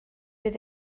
bydd